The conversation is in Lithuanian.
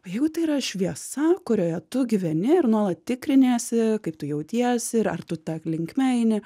o jeigu tai yra šviesa kurioje tu gyveni ir nuolat tikriniesi kaip tu jautiesi ir ar tu ta linkme eini